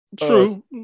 True